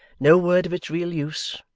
no word of its real use,